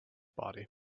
body